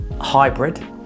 hybrid